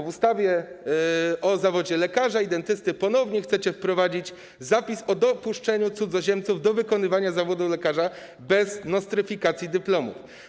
W ustawie o zawodach lekarza i lekarza dentysty ponownie chcecie wprowadzić zapis o dopuszczeniu cudzoziemców do wykonywania zawodu lekarza bez nostryfikacji dyplomu.